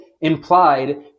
implied